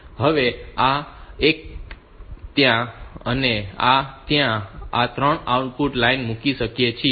હવે આ એક આ ત્યાં અને ત્યાં આપણે આ 3 આઉટપુટ લાઈન મૂકી શકીએ છીએ